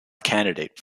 candidate